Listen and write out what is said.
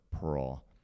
pearl